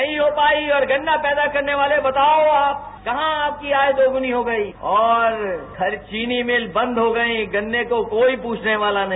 नहीं हो पाई और गन्ना पैदा करने वाले बताओं कहां आपकी आय दोगुनी हो गई और हर चीनी मिल बंद हो गई और गन्ने को कोई पूछने वाला नहीं